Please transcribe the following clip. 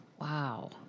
Wow